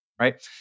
right